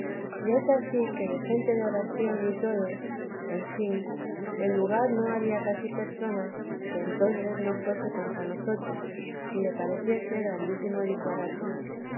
y es ansí que gente de oración y todo en fin el lugar no había casi pers que entonces no fuese contra nosotras y le pareciese grandísimo disbarate